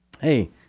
hey